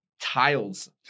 tiles